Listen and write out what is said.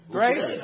Great